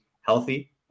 healthy